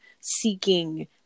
seeking